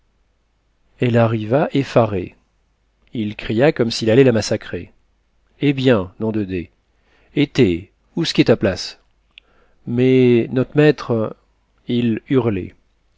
elle arriva effarée il cria comme s'il allait la massacrer eh bien nom de d et té ousqu'est ta place mais not maître il hurlait